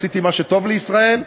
עשיתי מה שטוב לישראל.